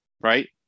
right